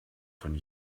von